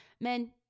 men